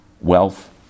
Wealth